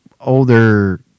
Older